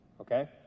Okay